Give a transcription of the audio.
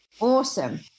Awesome